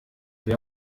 wer